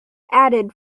added